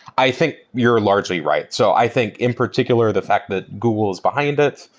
i think you're largely right. so i think, in particular, the fact that google is behind it.